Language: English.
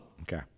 Okay